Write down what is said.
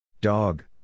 Dog